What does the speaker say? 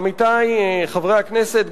עמיתי חברי הכנסת,